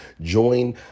join